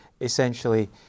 essentially